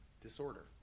disorder